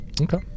Okay